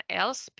else